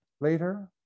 Later